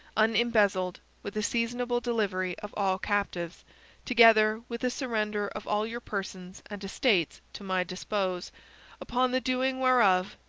unimbezzled, with a seasonable delivery of all captives together with a surrender of all your persons and estates to my dispose upon the doing whereof,